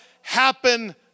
happen